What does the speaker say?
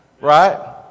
right